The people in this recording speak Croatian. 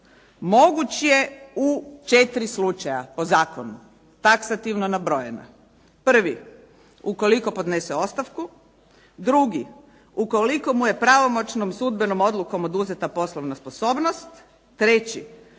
moguć je u četiri slučaja po zakonu taksativno nabrojena. Prvi ukoliko podnese ostavku. Drugi ukoliko mu je pravomoćnom sudbenom odlukom oduzeta poslovna sposobnost. Ukoliko